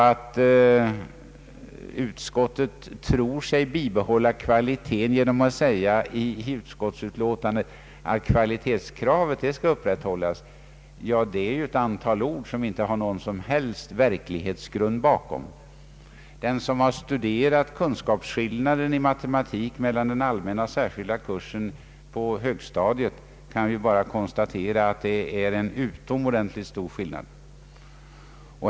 Att utskottet tror sig bibehålla kvaliteten genom att säga i utlåtandet att kvalitetskravet skall uppräthållas, är ett antal ord som inte har någon som helst verklighetsgrund. Den som har studerat kunskapsskillnaden i matematik mellan den allmänna och den särskilda kursen på högstadiet kan bara konstatera att det är en utomordentligt stor skillnad.